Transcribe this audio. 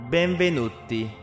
Benvenuti